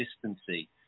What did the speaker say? consistency